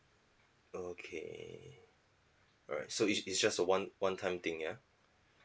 okay alright so is is just a one one time thing ya